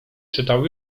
czytał